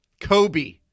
Kobe